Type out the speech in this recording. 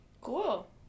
Cool